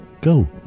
Go